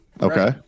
okay